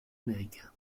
américain